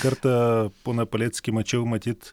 kartą poną paleckį mačiau matyt